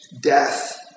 death